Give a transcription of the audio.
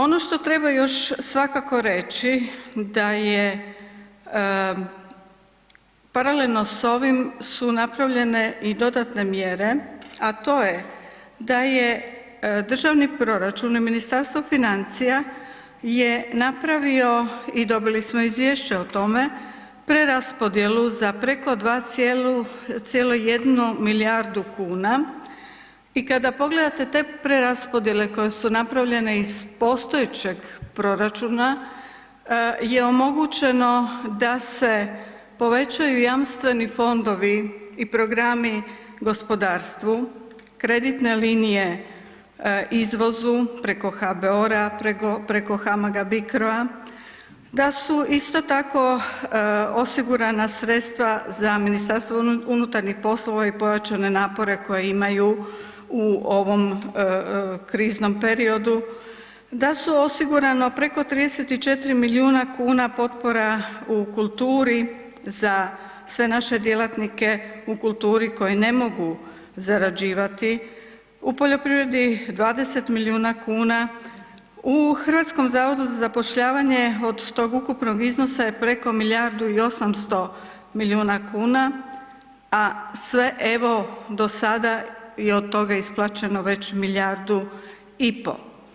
Ono što treba još svakako reći da je paralelno s ovim su napravljene i dodatne mjere, a to je da je državni proračun i Ministarstvo financija je napravio i dobili smo izvješće o tome, preraspodjelu za preko 2,1 milijardu kuna i kada pogledate te preraspodjele koje su napravljene iz postojećeg proračuna je omogućeno da se povećaju jamstveni fondovi i programi gospodarstvu, kreditne linije izvozu preko HBOR-a, preko HAMAG-BICRO-a, da su isto tako osigurana sredstva za MUP i pojačane napore koje imaju u ovom kriznom periodu, da su osigurano preko 34 milijuna kuna potpora u kulturi za sve naše djelatnike u kulturi koji ne mogu zarađivati, u poljoprivredi 20 milijuna kuna, u HZZ-u od tog ukupnog iznosa je preko milijardu i 800 milijuna kuna, a sve evo do sada je od toga isplaćeno već milijardu i po.